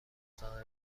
مصاحبه